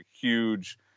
huge